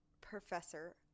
professor